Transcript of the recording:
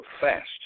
fast